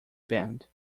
band